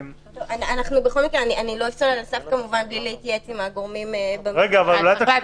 אני לא אפסול על הסף כמובן בלי להתייעץ עם הגורמים במשרד --- בואי